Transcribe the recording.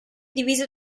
divise